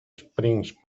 springs